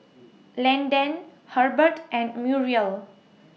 Landan Herbert and Muriel